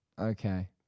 Okay